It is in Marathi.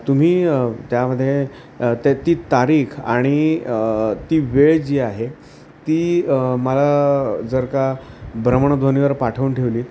तुम्ही त्यामध्ये ते ती तारीख आणि ती वेळ जी आहे ती मला जर का भ्रमणध्वनीवर पाठवून ठेवलीत